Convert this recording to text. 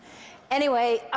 anyway,